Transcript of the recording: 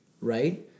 right